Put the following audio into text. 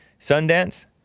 Sundance